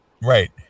Right